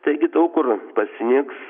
taigi daug kur pasnigs